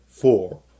Four